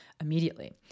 immediately